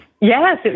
Yes